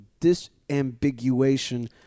disambiguation